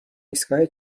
ایستگاه